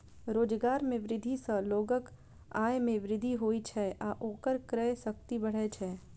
रोजगार मे वृद्धि सं लोगक आय मे वृद्धि होइ छै आ ओकर क्रय शक्ति बढ़ै छै